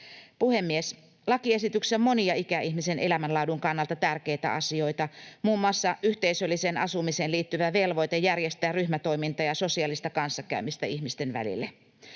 Puhemies! Lakiesityksessä on monia ikäihmisen elämänlaadun kannalta tärkeitä asioita, muun muassa yhteisölliseen asumiseen liittyvä velvoite järjestää ryhmätoimintaa ja sosiaalista kanssakäymistä ihmisten välille.